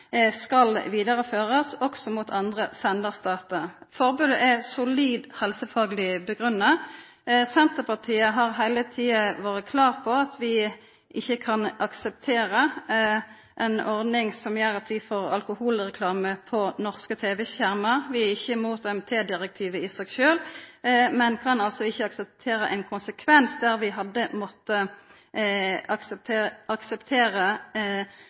skal vidareførast, også mot andre sendarstatar. Forbodet er solid helsefagleg grunngitt. Senterpartiet har heile tida vore klar på at vi ikkje kan akseptera ei ordning som gjer at vi får alkoholreklame på norske tv-skjermar. Vi er ikkje mot AMT-direktivet i seg sjølv, men kan altså ikkje akseptera den konsekvensen at vi